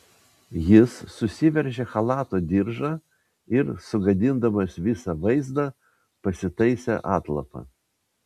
jis susiveržė chalato diržą ir sugadindamas visą vaizdą pasitaisė atlapą